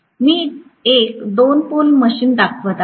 मी एक 2 pole machine दर्शवित आहे